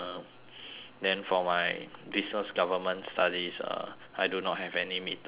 then for my business government studies uh I do not have any mid terms